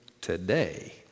today